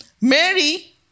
Mary